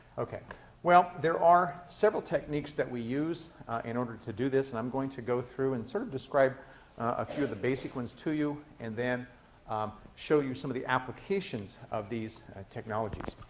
well, there are several techniques that we use in order to do this, and i'm going to go through and sort of describe a few of the basic ones to you and then show you some of the applications of these technologies.